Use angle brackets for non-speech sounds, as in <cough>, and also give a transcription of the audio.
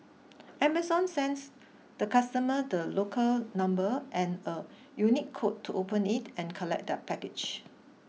<noise> Amazon sends the customer the locker number and a unique code to open it and collect their package